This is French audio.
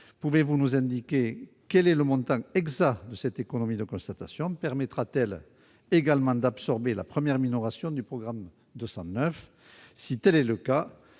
monsieur le ministre, quel est le montant exact de cette économie de constatation ? Permettra-t-elle également d'absorber la « première minoration » du programme 209 ?